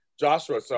Joshua